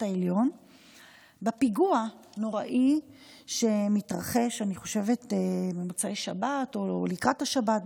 העליון בפיגוע הנוראי שהתרחש במוצאי שבת או לקראת השבת,